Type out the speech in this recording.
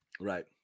Right